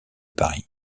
paris